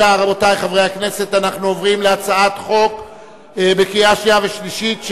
48 בעד, אין מתנגדים, אין נמנעים.